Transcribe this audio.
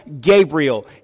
Gabriel